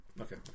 Okay